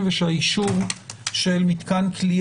הדיון ושהשופט החליט שהדיון מתקיים